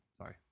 Sorry